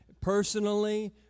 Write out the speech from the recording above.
personally